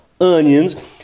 onions